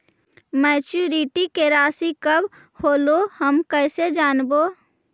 Maturity के रासि कब होलै हम कैसे जानबै?